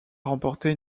remporter